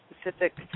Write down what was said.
specific